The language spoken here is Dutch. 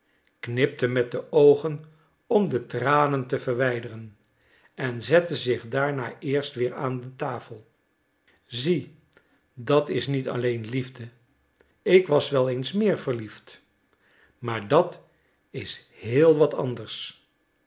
knipte met de oogen om de tranen te verwijderen en zette zich daarna eerst weer aan de tafel zie dat is niet alleen liefde ik was wel eens meer verliefd maar dat is heel wat anders